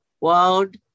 world